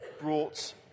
brought